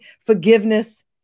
forgiveness